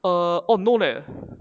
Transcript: uh oh no leh